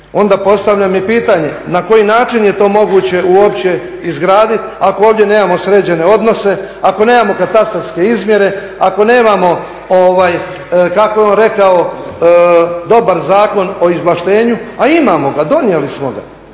onda postavljam i pitanje, na koji način je to uopće izgraditi ako ovdje nemamo sređene odnose, ako nemamo katastarske izmjere, ako nemamo kako je on rekao dobar Zakon o izvlaštenju, a imamo ga, donijeli smo ga.